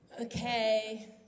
Okay